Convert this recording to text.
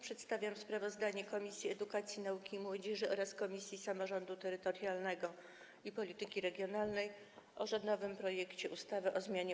Przedstawiam sprawozdanie Komisji Edukacji, Nauki i Młodzieży oraz Komisji Samorządu Terytorialnego i Polityki Regionalnej o rządowym projekcie ustawy o zmianie